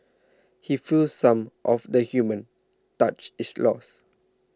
he feels some of the human touch is lost